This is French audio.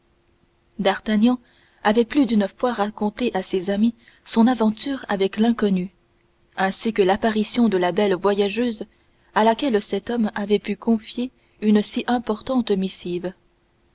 disparut d'artagnan avait plus d'une fois raconté à ses amis son aventure avec l'inconnu ainsi que l'apparition de la belle voyageuse à laquelle cet homme avait paru confier une si importante missive